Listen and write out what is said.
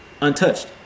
untouched